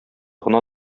гына